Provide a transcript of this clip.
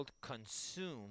consume